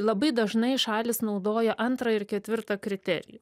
labai dažnai šalys naudoja antrą ir ketvirtą kriterijų